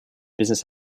business